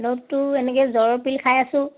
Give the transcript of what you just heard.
ঔষধটো এনেকে জ্বৰৰ পিল খাই আছোঁ